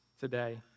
today